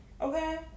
okay